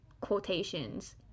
quotations